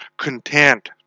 content